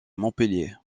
montpellier